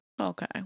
Okay